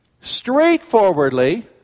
straightforwardly